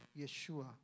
Yeshua